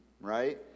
right